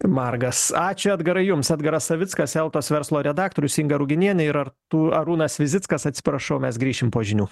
margas ačiū edgarai jums edgaras savickas eltos verslo redaktorius inga ruginienė ir artū arūnas vizickas atsiprašau mes grįšim po žinių